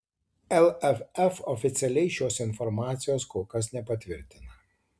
lff oficialiai šios informacijos kol kas nepatvirtina